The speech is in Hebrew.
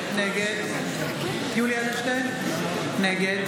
תחילה נצביע על הצעת אי-אמון של סיעת יש